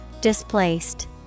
Displaced